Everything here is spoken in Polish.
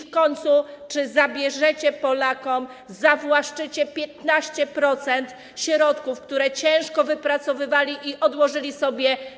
W końcu czy zabierzecie Polakom, zawłaszczycie, 15% środków, które ciężko wypracowywali i odłożyli